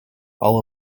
all